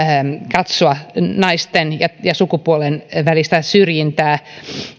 katsoa naisten ja sukupuolten välistä syrjintää